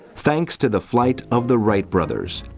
thanks to the flight of the wright brothers,